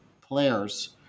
players